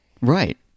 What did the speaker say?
right